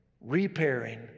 repairing